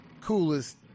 coolest